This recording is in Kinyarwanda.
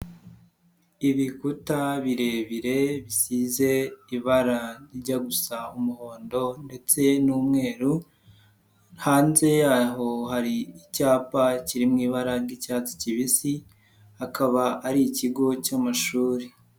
Ibikuta birebire, bisize ibara rijya gusa umuhondo ndetse n'umweru, hanze yaho hari icyapa kiri mu ibara ry'icyatsi kibisi, akaba ari ikigo cy'amashuri.